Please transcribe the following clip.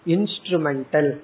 Instrumental